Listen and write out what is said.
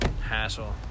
hassle